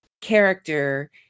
character